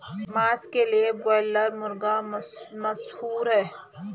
मांस के लिए ब्रायलर मुर्गा मशहूर है